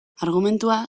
argumentua